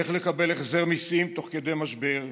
איך לקבל החזר מיסים תוך כדי משבר,